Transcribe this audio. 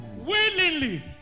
Willingly